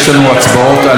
יש לנו הצבעות על